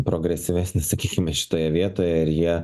progresyvesnis sakykime šitoje vietoje ir jie